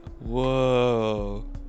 whoa